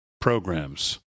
programs